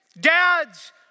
dads